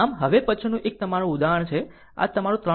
આમ હવે પછીનું એક તમારું ઉદાહરણ છે તમારું 3